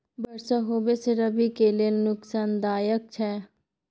बरसा होबा से रबी के लेल नुकसानदायक छैय?